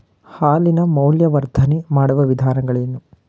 ಹಾಲಿನ ಮೌಲ್ಯವರ್ಧನೆ ಮಾಡುವ ವಿಧಾನಗಳೇನು?